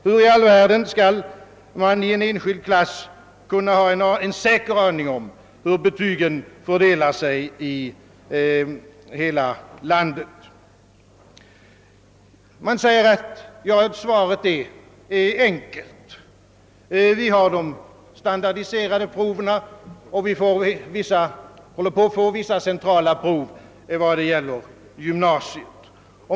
Hur i all världen skall läraren i en enskild klass kunna ha en säker kunskap om hur betygen fördelar sig i hela landet? Man säger att svaret är enkelt. Vi har de standardiserade proven och vi håller på att få vissa centrala prov vad det gäller gymnasiet.